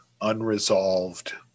unresolved